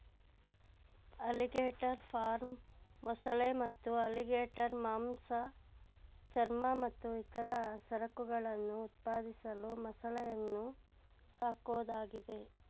alligator farm ಮೊಸಳೆ ಮತ್ತು alligator ಮಾಂಸ ಚರ್ಮ ಮತ್ತು ಇತರ ಸರಕುಗಳನ್ನು ಉತ್ಪಾದಿಸಲು ಮೊಸಳೆಯನ್ನು ಸಾಕೋದಾಗಿದೆ